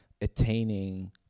attaining